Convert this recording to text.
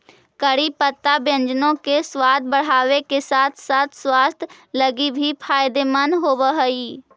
करी पत्ता व्यंजनों के सबाद बढ़ाबे के साथ साथ स्वास्थ्य लागी भी फायदेमंद होब हई